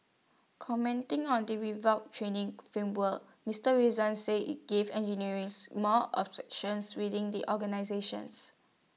commenting on the revamped training framework Mister Rizwan said IT gives engineers more within the organisations